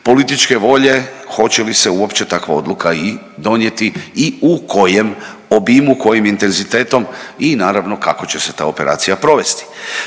političke volje hoće li se uopće takva odluka i donijeti i u kojem obimu, kojim intenzitetom i naravno kako će se ta operacija provesti.